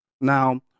Now